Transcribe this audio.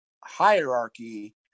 hierarchy